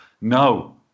No